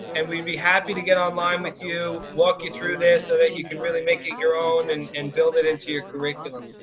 and we'd be happy to get online with you, walk you through this so that you can really make it your own and and build it into your curriculum.